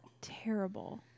terrible